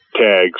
tags